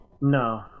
No